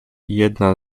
jedna